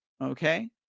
Okay